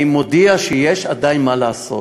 אני מודיע שיש עדיין מה לעשות.